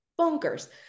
bonkers